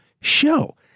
show